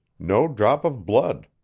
no drop of blood.